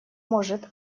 может